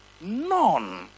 None